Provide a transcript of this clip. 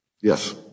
Yes